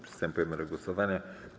Przystępujemy do głosowania.